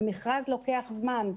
ומכרז לוקח זמן.